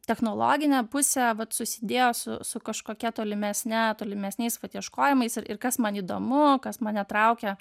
technologinė pusė vat susidėjo su kažkokia tolimesne tolimesniais vat ieškojimais ir kas man įdomu kas mane traukia